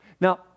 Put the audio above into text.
Now